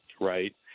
right